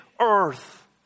earth